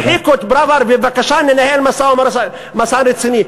הרחיקו את פראוור ובבקשה ננהל משא-ומתן רציני.